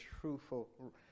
truthful